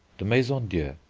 the maisons-dieu,